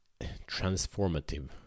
transformative